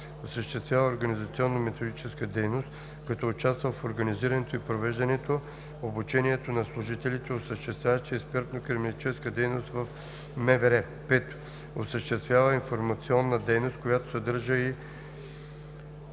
осъществява организационно-методическа дейност, като участва в организирането и провежда обучението на служителите, осъществяващи експертно-криминалистична дейност в МВР; 5. осъществява информационна дейност, като поддържа и